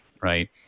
right